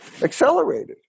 accelerated